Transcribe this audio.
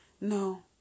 No